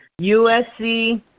USC